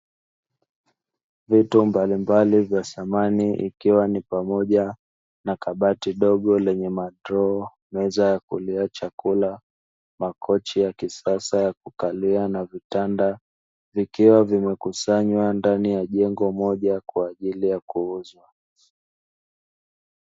Vitu mbalimbali vya samani ikiwa pamoja na kabati dogo lenye madroo, meza ya kulia chakula, makochi ya kisasa ya kukalia na vitanda vikiwa vimekusanywa ndani ya jengo moja kwa ajili ya kuuzwa.